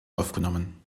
aufgenommen